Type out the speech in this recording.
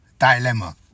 dilemma